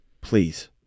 please